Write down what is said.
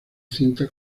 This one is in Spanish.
cinta